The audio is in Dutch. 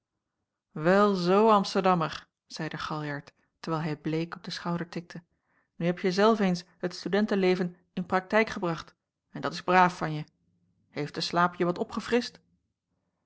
wel zoo amsterdammer zeide galjart terwijl hij bleek op den schouder tikte nu heb je zelf eens het studentenleven in praktijk gebracht en dat is braaf van je heeft de slaap je wat opgefrischt